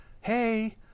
hey